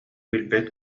билбэт